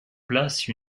place